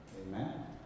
Amen